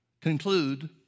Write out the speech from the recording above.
conclude